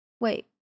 Wait